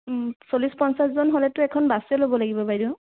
চল্লিছ পঞ্চাছজন হ'লেটো এখন বাছেই ল'ব লাগিব বাইদেউ